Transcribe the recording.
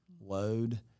load